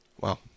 Wow